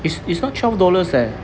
it's it's not twelve dollars eh